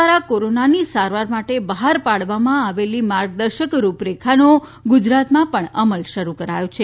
દ્વારા કોરોનાની સારવાર માટે બહાર પાડવામાં આવેલી માર્ગદર્શક રૂપરેખાનો ગુજરાતમાં પણ અમલ શરૂ કરાયો છે